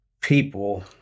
people